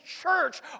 church